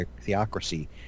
theocracy